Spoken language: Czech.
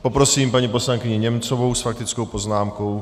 Poprosím paní poslankyni Němcovou s faktickou poznámkou.